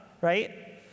right